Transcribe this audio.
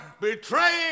betraying